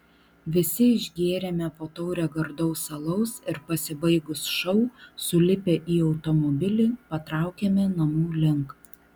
visi išgėrėme po taurę gardaus alaus ir pasibaigus šou sulipę į automobilį patraukėme namų link